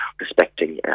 respecting